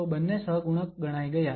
તો બંને સહગુણક ગણાય ગયા